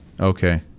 Okay